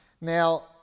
Now